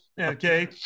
Okay